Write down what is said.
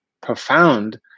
profound